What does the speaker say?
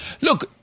Look